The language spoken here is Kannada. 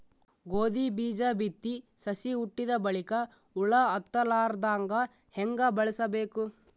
ಗೋಧಿ ಬೀಜ ಬಿತ್ತಿ ಸಸಿ ಹುಟ್ಟಿದ ಬಲಿಕ ಹುಳ ಹತ್ತಲಾರದಂಗ ಹೇಂಗ ಕಾಯಬೇಕು?